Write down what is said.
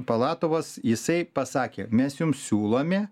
palatovas jisai pasakė mes jum siūlome